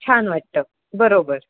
छान वाटतं बरोबर